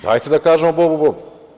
Dajte da kažemo bobu bob.